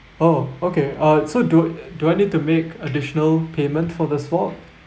oh okay uh so do do I need to make additional payment for the slot